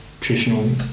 traditional